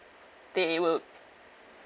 they will